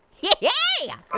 yeah yeah